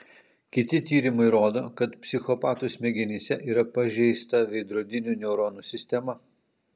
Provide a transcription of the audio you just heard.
kiti tyrimai rodo kad psichopatų smegenyse yra pažeista veidrodinių neuronų sistema